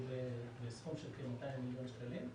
בסכום של כ-200 מיליון שקלים,